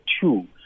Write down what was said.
two